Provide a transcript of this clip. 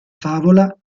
favola